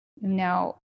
Now